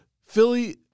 Philly